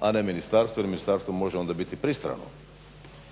a ne ministarstvo jer ministarstvo može onda biti pristrano